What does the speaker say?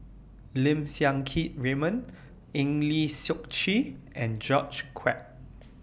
Lim Siang Keat Raymond Eng Lee Seok Chee and George Quek